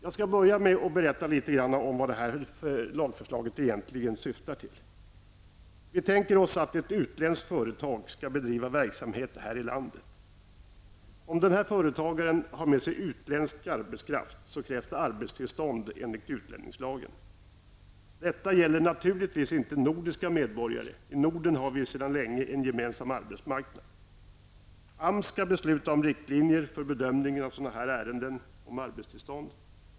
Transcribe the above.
Jag vill börja med att berätta litet om vad lagförslaget egentligen syftar till. Vi tänker oss att ett utländskt företag skall bedriva verksamhet här i landet. Om företagaren har med sig utländsk arbetskraft, krävs det arbetstillstånd enligt utlänningslagen. Detta gäller naturligtvis inte nordiska medborgare. I Norden har vi sedan länge en gemensam arbetsmarknad. AMS skall besluta om riktlinjer för bedömningar av sådana här ärenden om arbetstillstånd.